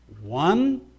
One